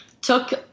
took